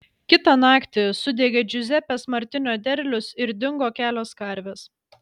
kitą naktį sudegė džiuzepės martinio derlius ir dingo kelios karvės